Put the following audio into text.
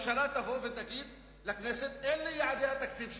הממשלה תבוא ותגיד לכנסת: אלה יעדי התקציב שלי,